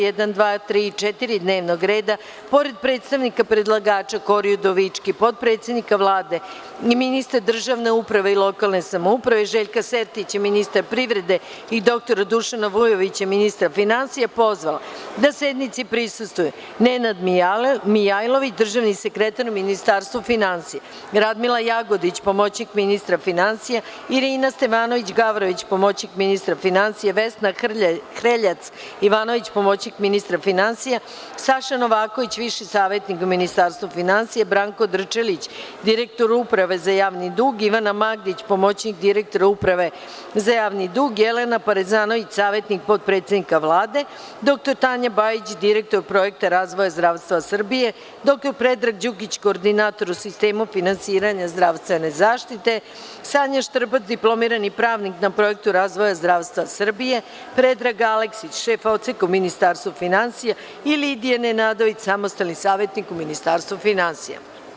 1, 2, 3. i 4. dnevnog reda, pored predstavnika predlagača Kori Udovički, potpredsednika Vlade i ministra državne uprave i lokalne samouprave, Željka Sertića, ministra privrede i dr Dušana Vujovića, ministra finansija, pozvala da sednici prisustvuju i: Nenad Mijailović, državni sekretar u Ministarstvu finansija, Radmila Jagodić, pomoćnik ministra finansija, Irina Stevanović Gavrović, pomoćnik ministra finansija, Vesna Hreljac Ivanović, pomoćnik ministrafinansija, Saša Novaković, viši savetnik u Ministarstvu finansija, Branko Drčelić, direktor Uprave za javni dug, Ivana Magdić, pomoćnik direktora Uprave za javni dug, Jelena Parezanović, savetnik potpredsednika Vlade, dr Tanja Bajić, direktor Projekta razvoja zdravstva Srbije, dr Predrag Đukić, koordinator u sistemu finansiranja zdravstvene zaštite, Sanja Štrbac, diplomirani pravnik na Projektu razvoja zdravstva Srbije, Predrag Aleksić, šef odseka u Ministarstvu finansija i Lidija Nenadović, samostalni savetnik u Ministarstvu finansija.